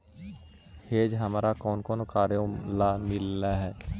hedge हमारा कौन कौन कार्यों ला मिलई हे